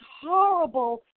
horrible